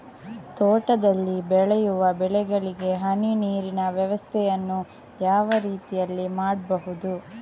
ತೋಟದಲ್ಲಿ ಬೆಳೆಯುವ ಬೆಳೆಗಳಿಗೆ ಹನಿ ನೀರಿನ ವ್ಯವಸ್ಥೆಯನ್ನು ಯಾವ ರೀತಿಯಲ್ಲಿ ಮಾಡ್ಬಹುದು?